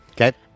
Okay